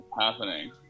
happening